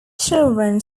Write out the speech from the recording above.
children